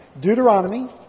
Deuteronomy